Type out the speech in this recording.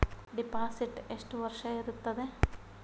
Deposit ಎಷ್ಟು ವರ್ಷ ಇರುತ್ತದೆ?